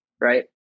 right